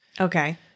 Okay